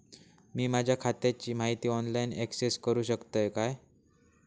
मी माझ्या खात्याची माहिती ऑनलाईन अक्सेस करूक शकतय काय?